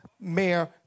mayor